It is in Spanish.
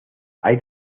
hay